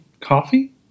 coffee